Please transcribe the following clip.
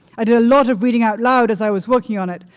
i did a lot of reading out loud as i was working on it,